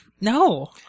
No